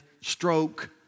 stroke